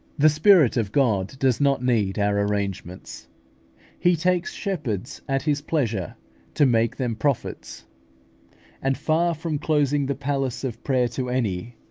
the spirit of god does not need our arrangements he takes shepherds at his pleasure to make them prophets and, far from closing the palace of prayer to any,